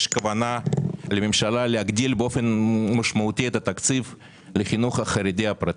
יש כוונה לממשלה להגדיל באופן משמעותי את התקציב לחינוך החרדי הפרטי.